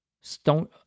stone